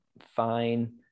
fine